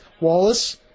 Wallace